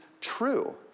true